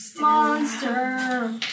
Monster